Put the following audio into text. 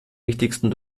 wichtigsten